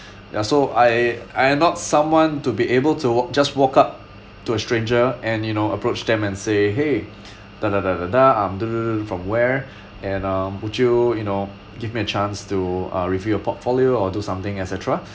ya so I I am not someone to be able to walk just walk up to a stranger and you know approach them and say !hey! I'm from where and um would you you know give me a chance to uh review your portfolio or do something et cetera